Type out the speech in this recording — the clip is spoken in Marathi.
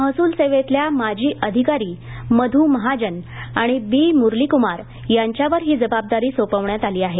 महसूल सेवेतल्या माजी अधिकारी मधू महाजन आणि बी मुरलीकुमार यांच्यावर ही जबाबदारी सोपवण्यात आली आहे